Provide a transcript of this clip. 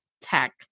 Tech